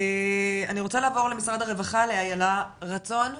אני רוצה לעבור למשרד הרווחה, לאיילת רצון,